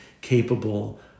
capable